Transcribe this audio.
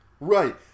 Right